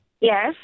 Yes